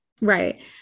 right